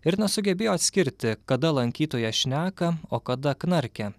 ir nesugebėjo atskirti kada lankytojas šneka o kada knarkia